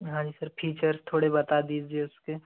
हाँ जी sir features थोड़े बता दीजिए उसके